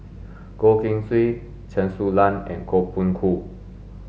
Goh Keng Swee Chen Su Lan and Koh Poh Koon